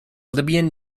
libyan